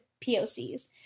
POCs